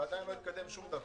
ועדיין לא התקדם שום דבר.